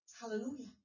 Hallelujah